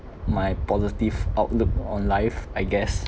my positive outlook on life I guess